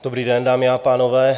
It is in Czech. Dobrý den, dámy a pánové.